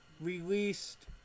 released